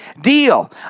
deal